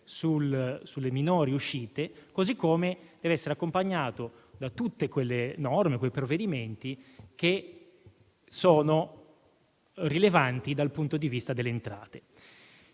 sulle minori uscite, così come deve essere accompagnato da tutte quelle norme e da quei provvedimenti rilevanti dal punto di vista delle entrate.